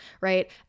right